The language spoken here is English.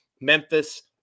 Memphis